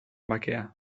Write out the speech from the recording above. bakea